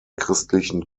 christlichen